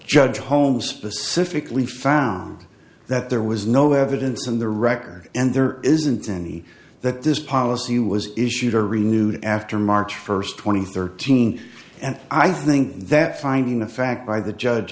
judge home specifically found that there was no evidence on the record and there isn't any that this policy was issued or renewed after march first twenty thirteen and i think that finding the fact by the judge